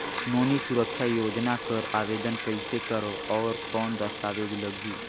नोनी सुरक्षा योजना कर आवेदन कइसे करो? और कौन दस्तावेज लगही?